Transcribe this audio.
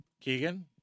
Keegan